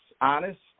honest